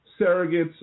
surrogates